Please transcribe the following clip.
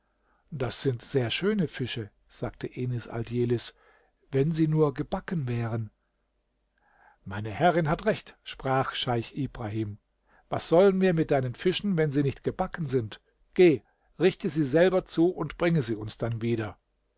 das sind sehr schöne fische sagte enis aldjelis wenn sie nur gebacken wären meine herrin hat recht sprach scheich ibrahim was sollen wir mit deinen fischen wenn sie nicht gebacken sind geh richte sie selber zu und bringe sie uns dann wieder